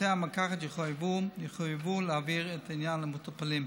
ובתי המרקחת יחויבו להבהיר את העניין למטופלים.